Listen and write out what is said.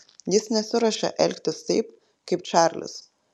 jis nesiruošia elgtis taip kaip čarlis